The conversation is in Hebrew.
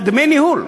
דמי ניהול.